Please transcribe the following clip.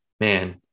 man